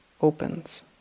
opens